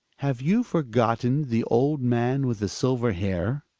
have you forgotten the old man with the silver hair?